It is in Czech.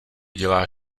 dělá